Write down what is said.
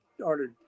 started